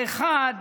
האחד,